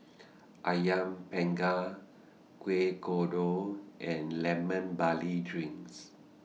Ayam Panggang Kueh Kodok and Lemon Barley Drinks